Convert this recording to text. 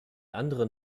anderen